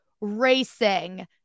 racing